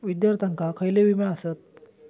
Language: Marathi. विद्यार्थ्यांका खयले विमे आसत?